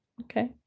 okay